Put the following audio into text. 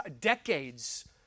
decades